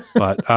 but